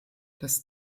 das